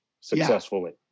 successfully